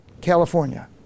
california